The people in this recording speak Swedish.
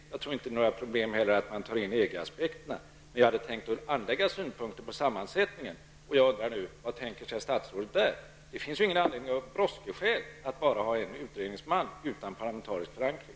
Jag tror inte heller att det är några problem med att ta med EG-aspekterna. Men jag hade tänkt att lägga fram synpunkter på sammansättningen. Vad tänker sig statsrådet där? Det finns ingen anledning att av brådskande skäl ha bara en utredningsman utan parlamentarisk förankring.